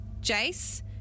Jace